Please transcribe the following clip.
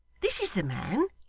this is the man.